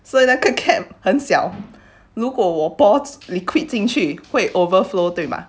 so it's like a cap 很小如果我 pour liquid 进去会 overflow 对吧